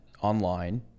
online